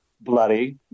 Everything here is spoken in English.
Bloody